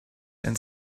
and